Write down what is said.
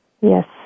Yes